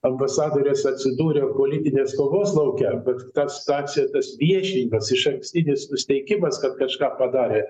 ambasadorius atsidūrė politinės kovos lauke bet ta situacija tas viešinimas išankstinis nusiteikimas kad kažką padarė